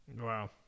Wow